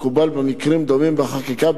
כמקובל במקרים דומים בחקיקה,